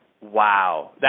wow